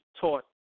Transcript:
taught